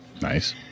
Nice